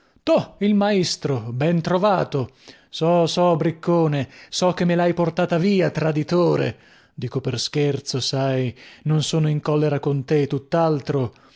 to il maestro ben trovato so so briccone so che me lhai portata via traditore dico per scherzo sai non sono in collera con te